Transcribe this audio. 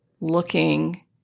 looking